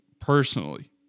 personally